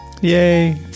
Yay